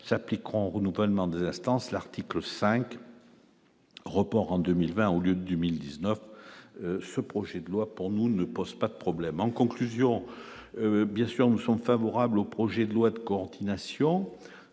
s'appliqueront renouvellement des instances, l'article 5. Report en 2020, au lieu de 2019, ce projet de loi pour nous ne pose pas de problème, en conclusion, bien sûr, nous sommes favorables au projet de loi de coordination,